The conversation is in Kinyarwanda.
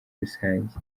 rusange